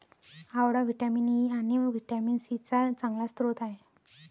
आवळा vitamin E आणि vitamin C चा चांगला स्रोत आहे